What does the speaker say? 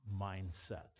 mindset